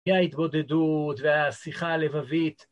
וההתגודדות והשיחה הלבבית.